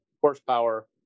horsepower